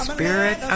Spirit